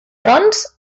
trons